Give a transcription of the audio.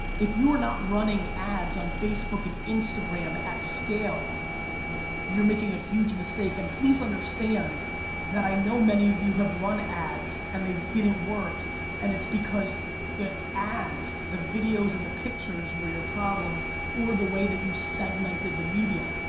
if you are not running ads on facebook and instagram at scale you're making a huge mistake, and please understand that i know many of you have run ads and they didn't work and it's because the ads the videos and the pictures were your problem or the way that you segmented the media?